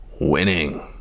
winning